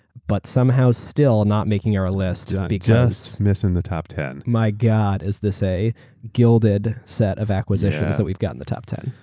but somehow, still not making our ah list. just missing the top ten. my god. is this a gilded set of acquisitions that we've got on the top ten?